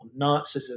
Nazism